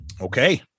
Okay